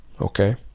Okay